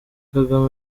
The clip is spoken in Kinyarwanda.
kagame